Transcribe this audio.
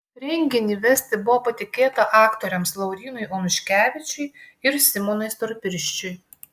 renginį vesti buvo patikėta aktoriams laurynui onuškevičiui ir simonui storpirščiui